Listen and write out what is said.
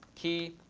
key.